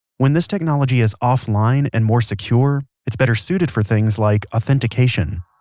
when this technology is offline and more secure, it's better suited for things like authentication